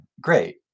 great